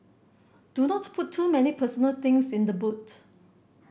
do not put too many personal things in the boot